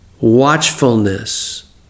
watchfulness